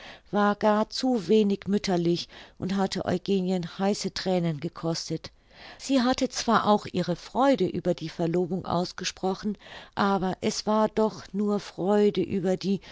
war gar zu wenig mütterlich und hatte eugenien heiße thränen gekostet sie hatte zwar auch ihre freude über die verlobung ausgesprochen aber es war doch nur freude über die